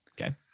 Okay